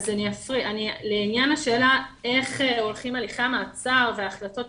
לעניין השאלה איך הולכים הליכי המעצר וההחלטות,